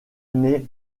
n’est